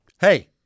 hey